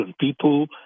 people